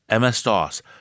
MS-DOS